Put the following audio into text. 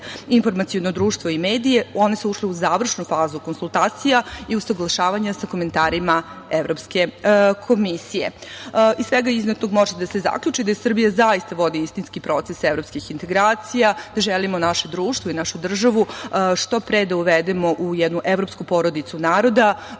„Informaciono društvo i medije“, ušle u završnu fazu konsultacija i usaglašavanja sa komentarima Evropske komisije. Iz svega iznetog može da se zaključi da Srbija zaista vodi istinski proces evropskih integracija i da želimo naše društvo i našu državu što pre da uvedemo u jednu evropsku porodicu naroda,